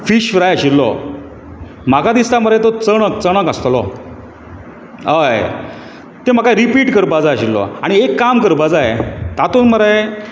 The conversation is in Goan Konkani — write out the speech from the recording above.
फिश फ्राय आशिल्लो म्हाका दिसता मरे तो चणक चणक आसतलो हय तें म्हाका रिपीट करपाक जाय आशिल्लो आनी एक काम करपाक जाय तातूंत मरे